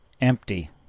empty